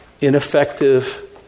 ineffective